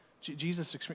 Jesus